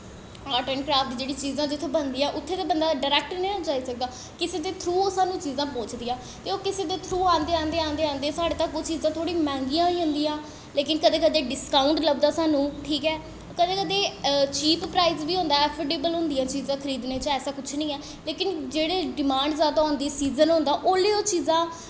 art and craft जेह्ड़ियां चीजां जित्थै बनदियां उत्थै बंदा ड्रैक्ट ते निं जाई सकदा किसे दे थ्रू सानूं ओह् चीजां पहुंचदियां ते ओह् किसे दे थ्रू आंदे आंदे आंदे साढ़ै तक्कर चीजां थोह्ड़ियां मैंह्गियां होई जंदियां लेकिन कदें कदें डिस्काउंट लब्भदा सानूं ठीक ऐ कदें कदें चीप प्राईंज़ बी होंदा ऐफिडेवल होंदियां चीजां खरीदनें च ऐसा कुछ निं ऐ लेकिन जेह्दी डमांड़ जैदा सीजन होंदा उसलै ओह् जेहियां चीजां